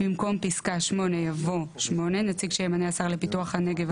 במקום פסקה (8) יבוא: "(8) נציג שימנה השר לפיתוח הנגב,